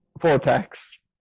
Vortex